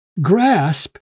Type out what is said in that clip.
grasp